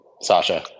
Sasha